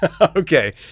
Okay